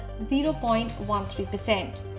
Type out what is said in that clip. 0.13%